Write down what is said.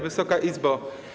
Wysoka Izbo!